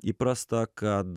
įprasta kad